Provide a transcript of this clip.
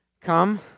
Come